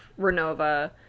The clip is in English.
Renova